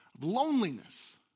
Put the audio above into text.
loneliness